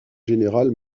générale